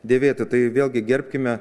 dėvėti tai vėlgi gerbkime